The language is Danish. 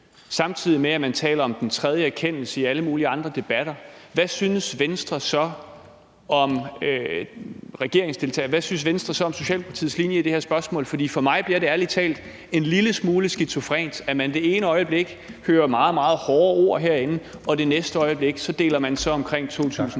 samtidig med at man taler om den tredje erkendelse i alle mulige andre debatter, hvad synes Venstre så om regeringsdeltagelsen, hvad synes Venstre så om Socialdemokratiets linje i det her spørgsmål? For mig bliver det ærlig talt en lille smule skizofrent, at man det ene øjeblik hører meget, meget hårde ord herinde, og det næste øjeblik deler man så omkring 2.000